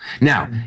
now